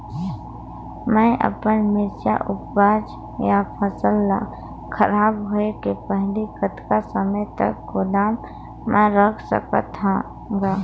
मैं अपन मिरचा ऊपज या फसल ला खराब होय के पहेली कतका समय तक गोदाम म रख सकथ हान ग?